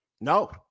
No